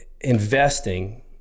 investing